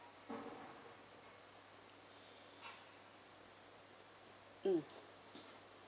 mm